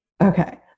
okay